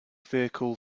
vehicle